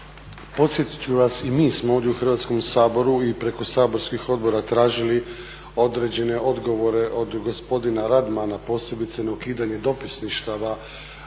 Podsjetit ću vas i mi smo ovdje u Hrvatskom saboru i preko saborskih odbora tražili određene odgovore od gospodina Radmana posebice na ukidanje dopisništava u Bosni